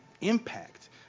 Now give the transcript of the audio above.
impact